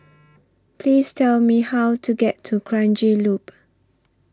Please Tell Me How to get to Kranji Loop